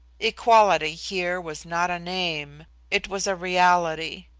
equality here was not a name it was a reality.